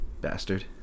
Bastard